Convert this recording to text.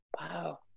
Wow